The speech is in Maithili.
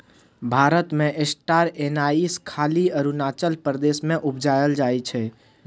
भारत मे स्टार एनाइस खाली अरुणाचल प्रदेश मे उपजाएल जाइ छै